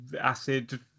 acid